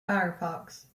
firefox